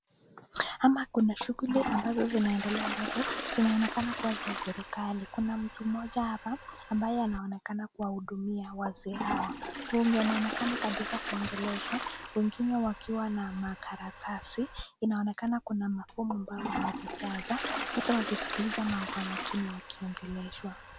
Ama kuna shughuli ambazo zinaendelea ambazo zinaonekana kuwa za serikali. Kuna mtu mmoja hapa ambaye anaonekana kuwahudumia wazee hawa. Wengine wanaonekana kabisa kuongeleshwa, wengine wakiwa na makaratasi. Inaonekana kuna mafomu ambayo wanazijaza wote wakisikiliza kwa makini wakiongelezwa.